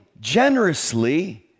generously